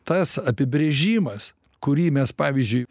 tas apibrėžimas kurį mes pavyzdžiui